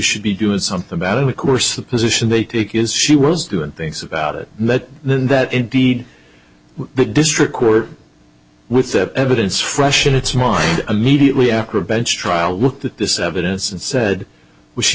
should be doing something about it of course the position they take is she was doing things about it that then that indeed the big district court with the evidence fresh in its mind immediately after a bench trial looked at this evidence and said we sh